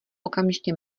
okamžitě